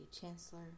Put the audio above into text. Chancellor